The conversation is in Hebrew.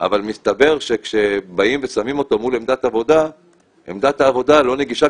אבל מסתבר שכששמים אותו מול עמדת עבודה עמדת העבודה לא נגישה,